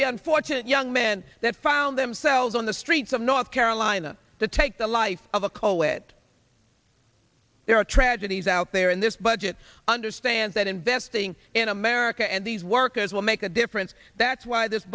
the unfortunate young men that found themselves on the streets of north carolina to take the life of a coal it there are tragedies out there in this budget understand that investing in america and these workers will make a difference that's why this